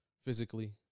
physically